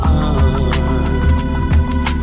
arms